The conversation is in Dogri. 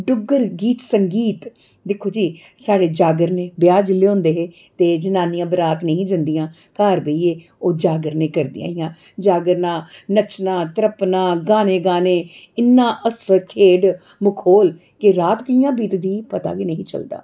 डुग्गर गीत संगीत दिक्खो जी साढ़े जागरने ब्याह् जिसलै होंदे ते जनानियां बरात नेईं ही जंदिया घर बेहियै ओह् जागरण करदियां हियां जागराणा नच्चना तरपना गाने गाने इन्ना हास्सा खेढ मखौल केह् रात कि'यां बीतदी पता गै नेईं हा चलदा